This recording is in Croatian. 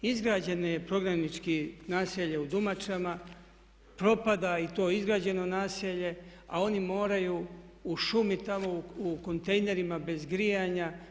Izgrađeno je prognaničko naselje u Dumačama, propada i to izgrađeno naselje a oni moraju u šumi tamo u kontejnerima bez grijanja.